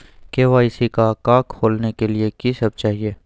KYC का का खोलने के लिए कि सब चाहिए?